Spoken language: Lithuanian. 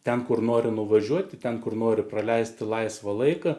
ten kur nori nuvažiuoti ten kur nori praleisti laisvą laiką